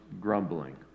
grumbling